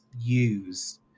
use